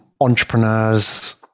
entrepreneurs